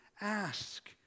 ask